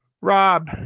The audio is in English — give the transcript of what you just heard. Rob